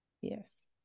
Yes